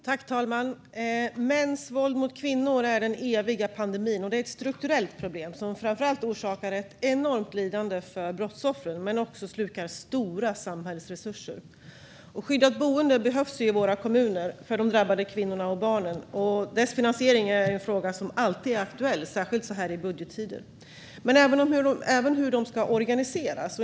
Herr talman! Mäns våld mot kvinnor är den eviga pandemin. Det är ett strukturellt problem som framför allt orsakar ett enormt lidande för brottsoffren men som också slukar stora samhällsresurser. Skyddade boenden för de drabbade kvinnorna och barnen behövs i våra kommuner. Finansieringen av dem är alltid en fråga som är aktuell, särskilt så här i budgettider. Men en fråga handlar också om hur dessa boenden ska organiseras.